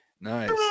nice